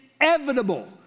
inevitable